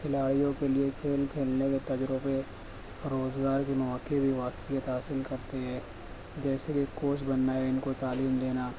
کھلاڑیوں کے لیے کھیل کھیلنے کے تجربے روزگار کے مواقع بھی واقفیت حاصل کرتی ہے جیسے کہ کوچ بننا ہے ان کو تعلیم دینا